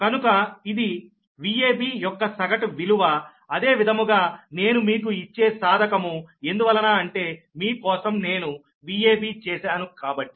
కనుక ఇది Vab యొక్క సగటు విలువ అదే విధముగా నేను మీకు ఇచ్చే సాధకము ఎందువలన అంటే మీ కోసం నేను Vab చేశాను కాబట్టి